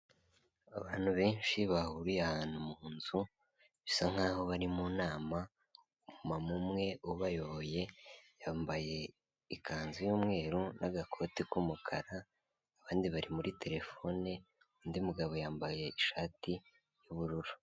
Abantu benshi bahuriye ahantu mu nzu, bisa nkaho bari mu nama, umumama umwe ubayoboye yambaye ikanzu y'umweru n'agakoti k'umukara, abandi bari muri terefone, undi mugabo yambaye ishati y'ubururu.